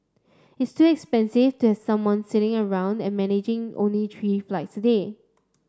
it's too expensive to have someone sitting around and managing only three flights a day